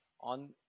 on